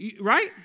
right